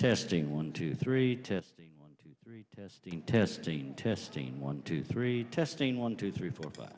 testing one two three testing one two three testing testing testing one two three testing one two three four five